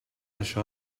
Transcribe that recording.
això